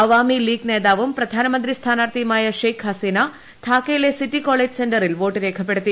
Awami league നേതാവും പ്രധാനമന്ത്രി സ്ഥാനാർത്ഥിയുമായ ഷെയ്ഖ് ഹസീന ധാക്കയിലെ സിറ്റി കോളേജ് സെന്ററിൽ വോട്ട് രേഖപ്പെടുത്തി